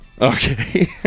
Okay